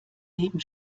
leben